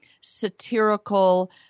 satirical